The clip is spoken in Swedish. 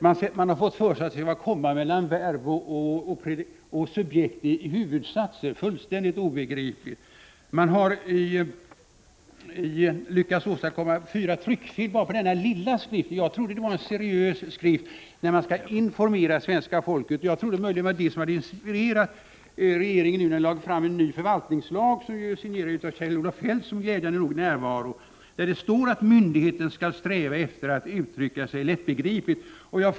Man har vidare fått för sig att det skall vara kommatecken mellan verb och subjekt i huvudsats. Detta är fullständigt obegripligt. I 1 denna lilla skrift har man dessutom åstadkommit fyra tryckfel. Jag trodde att det var en seriös skrift, när avsikten ändå är att informera svenska folket. Jag förmodade att det möjligen var just ambitionen att informera svenska folket som hade inspirerat regeringen att nu lägga fram förslag till en ny förvaltningslag. Förslaget är signerat av Kjell-Olof Feldt, som glädjande nog är närvarande. I lagförslaget står det att myndigheterna skall sträva efter att uttrycka sig lättbegripligt.